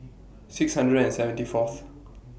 six hundred and seventy Fourth